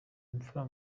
impfura